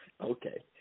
Okay